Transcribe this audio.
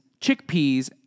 chickpeas